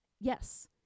yes